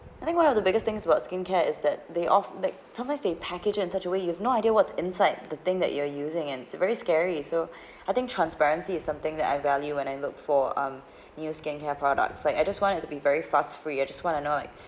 I think one of the biggest things about skincare is that they of that sometimes they package in such a way you have no idea what's inside the thing that you're using and it's very scary so I think transparency is something that I value and I look for um new skincare products like I just want it to be very fast free I just want to know